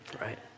right